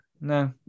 no